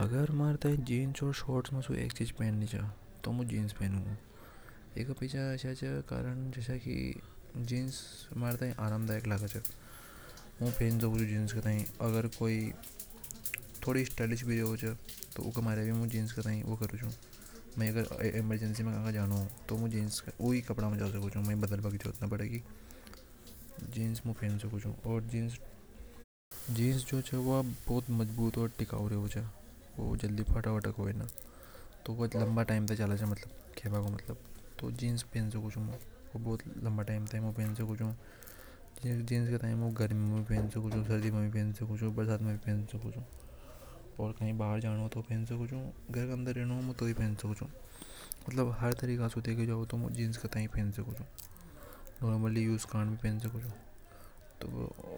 अगर मु थाई जींस ओर पेंट में से एक चीज पहनी च तो मु जींस पहनूंगा एके पचे यो कारण च की जींस में आराम दयाल लगे च जींस स्टालिन भी होवे छ। अगर मै खी एमरजेंसी मै कई जानो हो तो मु जींस में उसी कपड़ों में जींस पहनके जा सकू। जींस बहुत मजबूत ओर टिकाऊ रेवे च व फटे नी। मतलब लंबा टाइम तक चले च कब का मतलब। जींस पहन सकी चू मु लंबा टाइम तक। जींस मु गर्मी सर्दी बरसात में भी पहन सकी चू। मु जींस ए घर के अंदर भी पहन सकी सु। हर तरीका से जींस पहन सकते हे। उ